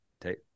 take